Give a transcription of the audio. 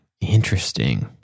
Interesting